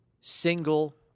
single